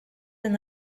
and